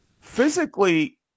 physically